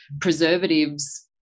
preservatives